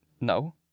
No